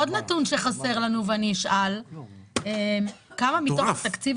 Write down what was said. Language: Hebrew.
עוד נתון שחסר לנו ואני אשאל עליו: כמה מתוך התקציב